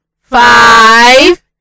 five